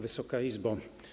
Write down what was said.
Wysoka Izbo!